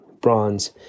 bronze